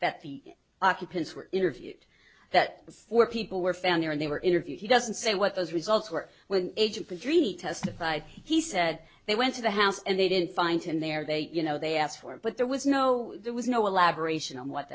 that the occupants were interviewed that four people were found there and they were interviewed he doesn't say what those results were when agent who dreamed testified he said they went to the house and they didn't find him there that you know they asked for but there was no there was no elaboration on what